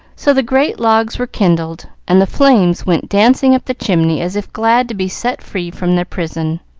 so the great logs were kindled, and the flames went dancing up the chimney as if glad to be set free from their prison.